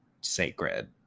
sacred